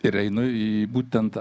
ir einu į būtent